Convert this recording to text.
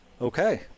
Okay